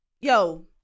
Yo